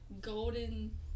golden